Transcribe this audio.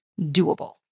doable